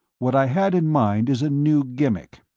what i had in mind is a new gimmick.